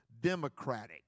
democratic